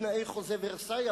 בתנאי חוזה ורסאי,